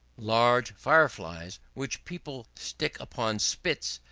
large fire-flies, which people stick upon spits,